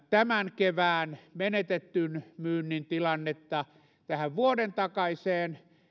tämän kevään menetetyn myynnin tilannetta vuoden takaiseen